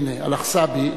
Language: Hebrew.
"עלא חסאבי".